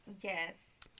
Yes